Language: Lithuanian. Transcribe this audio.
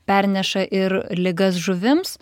perneša ir ligas žuvims